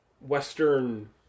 western